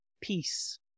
peace